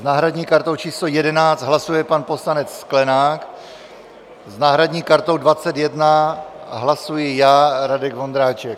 S náhradní kartou číslo 11 hlasuje pan poslanec Sklenák, s náhradní kartou 21 hlasuji já, Radek Vondráček.